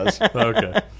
Okay